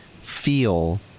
feel